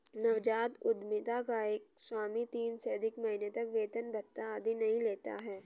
नवजात उधमिता का स्वामी तीन से अधिक महीने तक वेतन भत्ता आदि नहीं लेता है